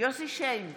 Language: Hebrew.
יוסף שיין,